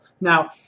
Now